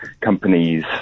companies